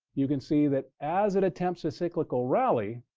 you can see that as it attempts a cyclical rally,